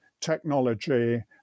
technology